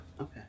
Okay